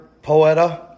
Poeta